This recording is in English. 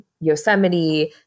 Yosemite